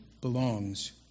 belongs